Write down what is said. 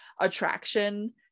attraction